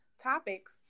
topics